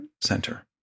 center